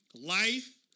life